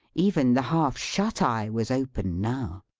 even the half-shut eye was open now.